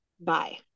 Bye